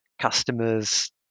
customers